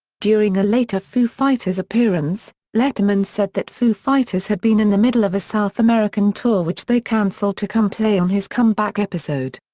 during a later foo fighters appearance, letterman said that foo fighters had been in the middle of a south american tour which they canceled to come play on his comeback episode.